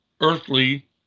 earthly